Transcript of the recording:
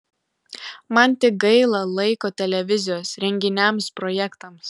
man tik gaila laiko televizijos renginiams projektams